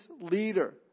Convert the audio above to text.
leader